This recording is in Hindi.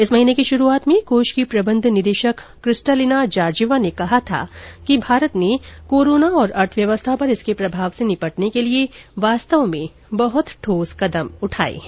इस महीने की शुरूआत में कोष की प्रबंध निदेशक क्रिस्टालिना जॉर्जीवा ने कहा था कि भारत ने कोरोना और अर्थव्यवस्था पर इसके प्रभाव से निपटने के लिए वास्तव में बहत ठोस कदम उठाए हैं